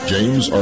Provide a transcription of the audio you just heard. James